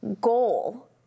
goal